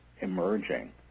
emerging